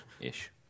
ish